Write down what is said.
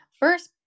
First